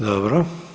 Dobro.